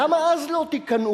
למה אז לא תיכנעו?